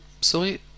sorry